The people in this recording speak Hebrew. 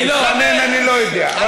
התחנן אני לא יודע.